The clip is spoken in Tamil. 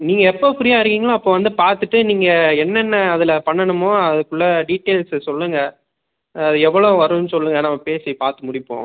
நீங்க எப்ப ஃப்ரீயாக இருக்கீங்களோ அப்போ வந்து பார்த்துட்டு நீங்க என்னென்ன அதில் பண்ணணுமோ அதுக்குள்ள டீடெய்ல்ஸை சொல்லுங்க அது எவ்வளோ வரும்னு சொல்லுங்க நம்ம பேசி பார்த்து முடிப்போம்